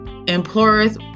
Employers